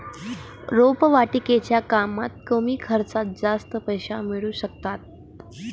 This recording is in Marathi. रोपवाटिकेच्या कामात कमी खर्चात जास्त पैसे मिळू शकतात